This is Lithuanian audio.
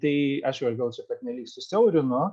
tai aš jau gal čia pernelyg susiaurinu